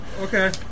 Okay